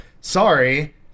Sorry